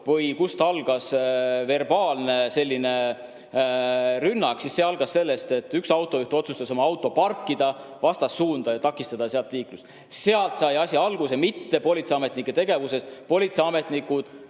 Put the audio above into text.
või kust algas verbaalne rünnak, siis kõik algas sellest, et üks autojuht otsustas oma auto parkida vastassuunavööndisse ja takistada seal liiklust. Sealt sai asi alguse, mitte politseiametnike tegevusest. Politseiametnikud